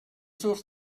durch